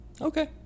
Okay